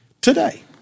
Today